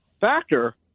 factor